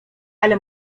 ale